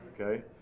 okay